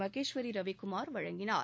மகேஷ்வரி ரவிக்குமார் வழங்கினார்